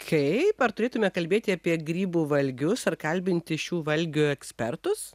kaip ar turėtume kalbėti apie grybų valgius ar kalbinti šių valgių ekspertus